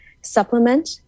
supplement